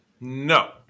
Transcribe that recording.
No